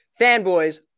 Fanboys